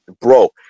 bro